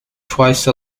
twice